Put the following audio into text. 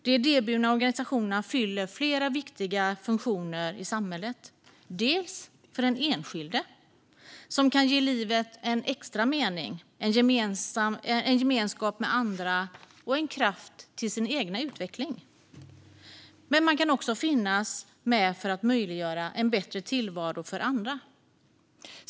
De idéburna organisationerna fyller flera viktiga funktioner i samhället. För den enskilde kan de ge livet en extra mening, en gemenskap med andra och en kraft till den egna utvecklingen. Men man kan också finnas med för att möjliggöra en bättre tillvaro för andra.